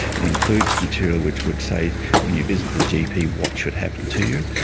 it includes material which would say when you visit the gp, what should happen to you.